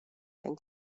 and